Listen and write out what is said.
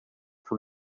from